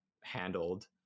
handled